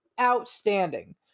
outstanding